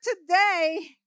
today